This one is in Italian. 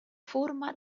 forma